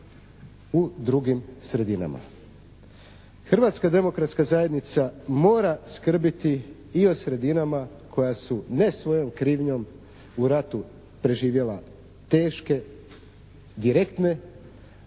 Hrvatska demokratska zajednica mora skrbiti i o sredinama koja su ne svojom krivnjom u ratu preživjela teške, direktne,